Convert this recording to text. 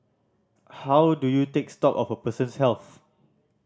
how do you take stock of a person's health